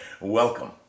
welcome